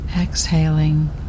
exhaling